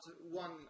one